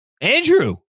Andrew